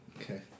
Okay